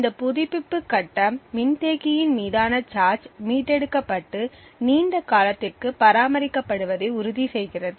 இந்த புதுப்பிப்பு கட்டம் மின்தேக்கியின் மீதான சார்ஜ் மீட்டெடுக்கப்பட்டு நீண்ட காலத்திற்கு பராமரிக்கப்படுவதை உறுதி செய்கிறது